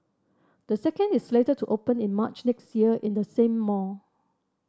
the second is slated to open in March next year in the same mall